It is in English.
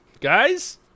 Guys